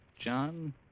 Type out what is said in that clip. John